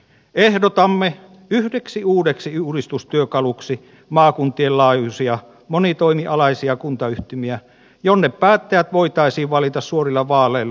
ehdotamme yhdeksi uudeksi uudistustyökaluksi maakuntien laajuisia monitoimialaisia kuntayhtymiä jonne päättäjät voitaisiin valita suorilla vaaleilla